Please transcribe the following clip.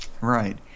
Right